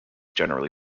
generally